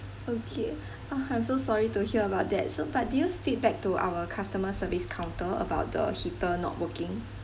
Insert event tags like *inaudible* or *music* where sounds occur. okay *noise* I'm so sorry to hear about that so but did you feedback to our customer service counter about the heater not working